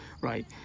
right